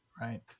Right